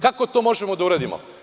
Kako to možemo da uradimo?